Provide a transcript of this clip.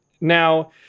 Now